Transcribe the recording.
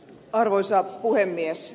arvoisa puhemies